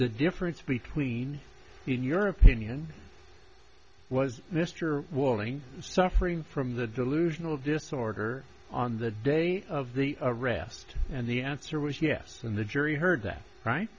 the difference between in your opinion was mr walling suffering from the delusional disorder on the day of the arrest and the answer was yes when the jury heard that right